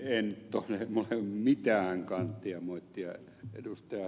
minulla ei todella ole mitään kanttia moittia ed